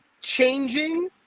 changing